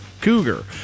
cougar